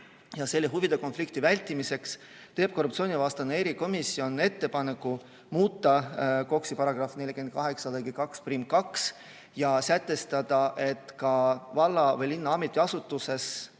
ja selle huvide konflikti vältimiseks teeb korruptsioonivastane erikomisjon ettepaneku muuta KOKS-i § 48 lõiget 22ja sätestada, et ka valla või linna ametiasutuses